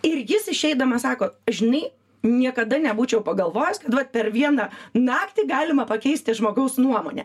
ir jis išeidamas sako žinai niekada nebūčiau pagalvojęs kad vat per vieną naktį galima pakeisti žmogaus nuomonę